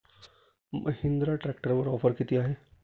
महिंद्रा ट्रॅक्टरवर ऑफर किती आहे?